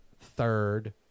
third